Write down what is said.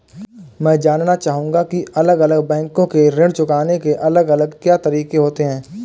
मैं जानना चाहूंगा की अलग अलग बैंक के ऋण चुकाने के अलग अलग क्या तरीके होते हैं?